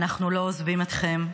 אנחנו לא עוזבים אתכם.